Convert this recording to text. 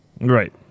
Right